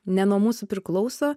ne nuo mūsų priklauso